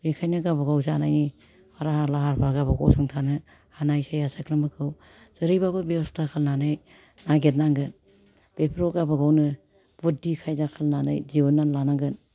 बेखायनो गावबा गाव जानायनि राहा लाहारफ्रा गावबा गाव गसंथानो हानाय साया सायख्लुमफोरखौ जेरैबाबो बेबस्था खालायनानै नागिरनांगोन बेफोरखौ गावबा गावनो बुद्दि खायदा खालामनानै दिहुनना लानांगोन